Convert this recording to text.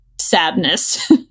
sadness